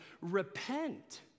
repent